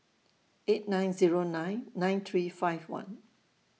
eight nine Zero nine nine three five one